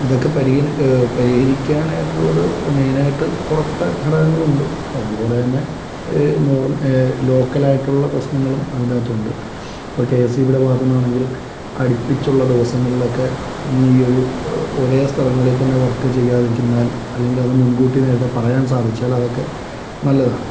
ഇതൊക്കെ പരിഗണി പരിഹരിക്കാനായിട്ടുള്ളത് മെയിൻ ആയിട്ട് പുറത്തേ ഘടകങ്ങളുണ്ട് അതുപോലെ തന്നെ നോർമ ലോക്കൽ ആയിട്ടുള്ള പ്രശ്നങ്ങളും അതിൻറെ അകത്തുണ്ട് ഇപ്പോൾ കെ എസ് ഇ ബിയുടെ ഭാഗത്തുനിന്നാണെങ്കിലും അടുപ്പിച്ചുള്ള ദിവസങ്ങളിലൊക്കെ ഈ ഒരു ഒരേ സ്ഥലങ്ങളിൽ തന്നെ വർക്ക് ചെയ്യാതിരുന്നാൽ അല്ലെങ്കിൽ അത് മുൻകൂട്ടി നേരത്തെ പറയാൻ സാധിച്ചാൽ അതൊക്കെ നല്ലതാണ്